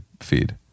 feed